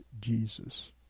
Jesus